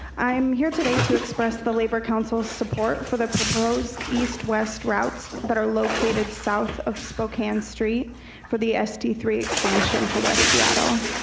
i am here today to express the labor council support for the proposed east-west routes that are located south of spokane street for the s t three expansion to west seattle,